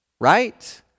Right